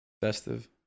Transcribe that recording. Festive